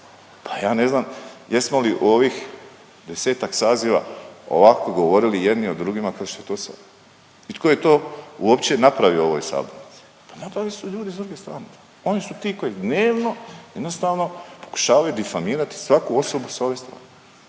Pa je ne znam jesmo li u ovih desetak saziva ovako govorili jedni o drugima kao što je to sad i tko je to uopće napravio u ovoj sabornici? Pa napravili su ljudi sa druge strane, oni su ti koji dnevno jednostavno pokušavaju difamirati svaku osobu sa ove strane.